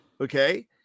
Okay